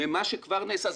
במה שכבר נעשה,